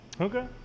okay